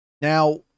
Now